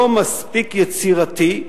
לא מספיק יצירתי,